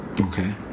Okay